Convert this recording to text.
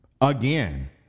again